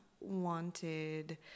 wanted